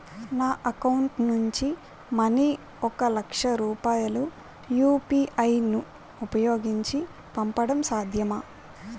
నా అకౌంట్ నుంచి మనీ ఒక లక్ష రూపాయలు యు.పి.ఐ ను ఉపయోగించి పంపడం సాధ్యమా?